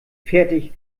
fertig